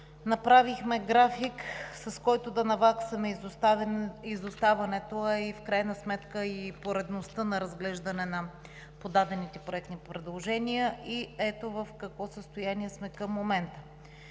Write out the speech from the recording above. Направихме график, с който да наваксаме изоставането, а в крайна сметка и поредността на разглеждане на подадените проектни предложения, и ето в какво състояние сме към момента.